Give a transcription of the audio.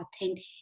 authentic